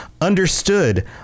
understood